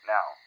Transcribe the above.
Now